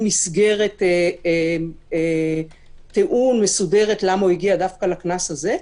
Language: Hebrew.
מסגרת תיאור מסודרת למה הוא הגיע דווקא לקנס הזה.